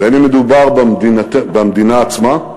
בין שמדובר במדינה עצמה,